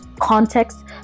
context